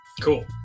Cool